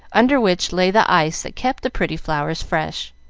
under which lay the ice that kept the pretty flowers fresh.